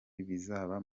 bizaza